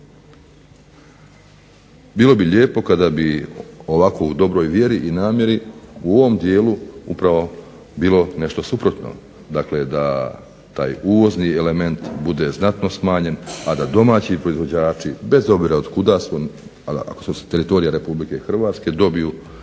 Bilo bi lijepo kada bi ovako u dobroj vjeri i namjeri u ovom dijelu upravo bilo nešto suprotno. Dakle, da taj uvozni element bude znatno smanjen, a da domaći proizvođači bez obzira od kuda su, ali ako su sa teritorija Republike Hrvatske dobiju